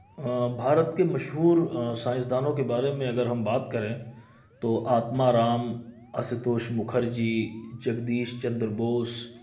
بھارت کے مشہور سائنسدانوں کے بارے میں اگر ہم بات کریں تو آتمارام آسوتوش مکھرجی جگدیش چندر بوس